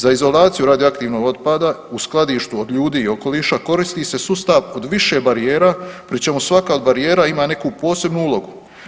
Za izolaciju radioaktivnog otpada u skladištu od ljudi i okoliša koristi se sustav od više barijera pri čemu svaka od barijera ima neku posebnu ulogu.